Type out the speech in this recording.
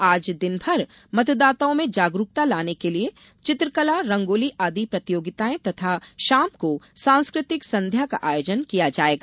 आज दिन भर मतदाताओं में जागरुकता लाने के लिए चित्रकला रंगोली आदि प्रतियोगिताएं तथा शाम को सांस्कृतिक संध्या का आयोजन किया जायेगा